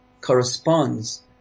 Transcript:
corresponds